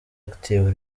active